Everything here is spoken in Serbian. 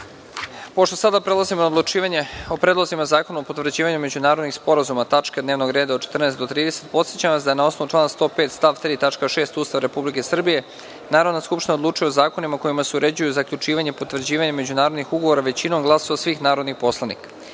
o Predlozima zakona o potvrđivanju međunarodnih sporazuma (tačke dnevnog reda od 14. do 30) podsećam vas da, na osnovu člana 105. stav 3. tačka 6. Ustava Republike Srbije Narodna skupština odlučuje o zakonima kojima se uređuju zaključivanje i potvrđivanje međunarodnih ugovora većinom glasova svih narodnih poslanika.S